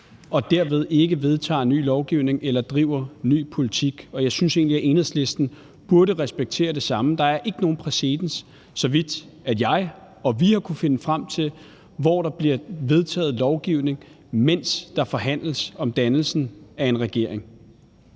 og derved ikke vedtager ny lovgivning eller driver ny politik. Jeg synes egentlig, at Enhedslisten burde respektere det samme. Der er ikke nogen præcedens, så vidt jeg og vi har kunnet finde frem til, for at der bliver vedtaget lovgivning, mens der forhandles om dannelsen af en regering.